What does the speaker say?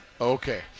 Okay